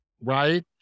right